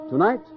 Tonight